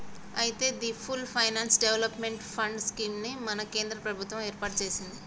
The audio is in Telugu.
అయితే the full finance development fund scheme ని మన కేంద్ర ప్రభుత్వం ఏర్పాటు సెసింది